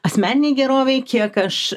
asmeninei gerovei kiek aš